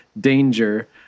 Danger